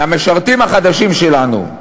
מהמשרתים החדשים שלנו,